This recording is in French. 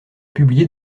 publié